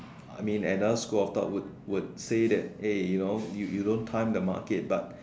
I mean another school of thought would would say that a you know you don't time the market but